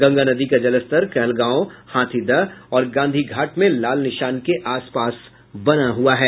गंगा नदी का जलस्तर कहलगांव हाथीदह और गांधी घाट में लाल निशान के आसपास बना हुआ है